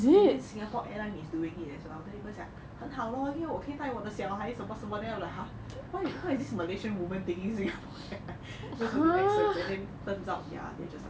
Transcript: and then singapore airline is doing it as well then people 讲很好 lor 因为我可以带我的小孩什么什么 then I am like !huh! why what is this malaysian woman taking singapore airline because of the then just turn out ya they are just like